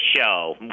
show